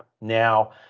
Now